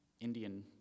Indian